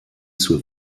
zur